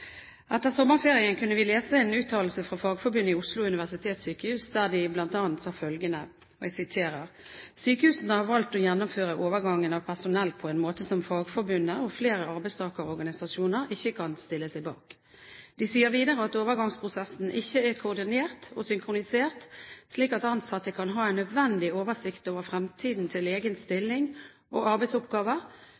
Etter sommerferien kunne vi lese en uttalelse fra Fagforbundet i Oslo universitetssykehus, der de bl.a. sa følgende: «Sykehusene har valgt å gjennomføre overgangen av personell på en måte som Fagforbundet og flere arbeidstakerorganisasjoner ikke kan stille seg bak.» De sier videre at overgangsprosessen ikke er koordinert og synkronisert slik at ansatte kan ha en nødvendig oversikt over fremtiden til egen